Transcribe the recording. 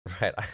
Right